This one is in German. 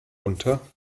unter